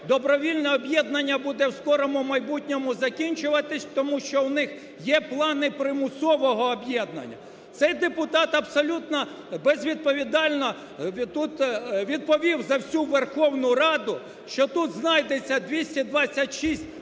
добровільне об'єднання буде в скорому майбутньому закінчуватись, тому що у них є плани примусового об'єднання. Цей депутат абсолютно безвідповідально тут відповів за всю Верховну Раду, що тут знайдеться 226 негідників,